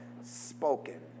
spoken